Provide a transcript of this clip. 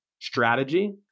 strategy